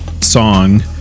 song